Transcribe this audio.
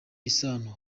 isano